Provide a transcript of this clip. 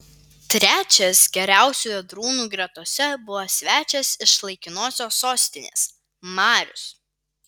trečias geriausių ėdrūnų gretose buvo svečias iš laikinosios sostinės marius